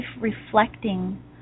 reflecting